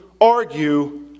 argue